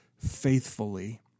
faithfully